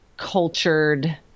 cultured